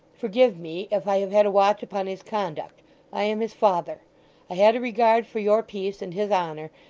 forgive me, if i have had a watch upon his conduct i am his father i had a regard for your peace and his honour,